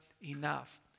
enough